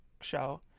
show